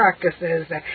practices